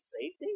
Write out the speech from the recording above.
Safety